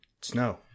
Snow